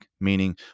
meaning